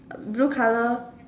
blue colour